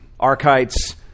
archites